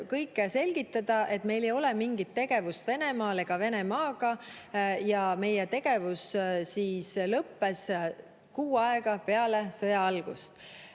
kõike selgitada, meil ei ole mingit tegevust Venemaal ega Venemaaga ja meie tegevus lõppes kuu aega peale sõja algust.